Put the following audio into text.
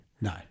No